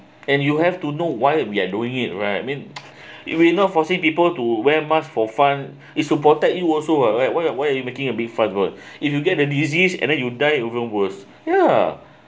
and you have to know why we are doing it right I mean it really not forcing people to wear mask for fun is to protect you also [what] why are why are you making a fun word if you get the disease and then you die even worse ya